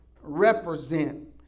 represent